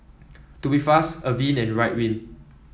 Tubifast Avene and Ridwind